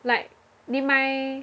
like 你买